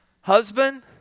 husband